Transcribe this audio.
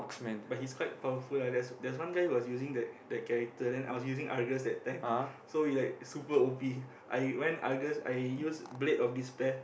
but he's quite powerful lah there's there's one guy who was using that that character then I was using Argus that time so we like super o_p I went Argus I use blade of despair